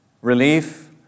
relief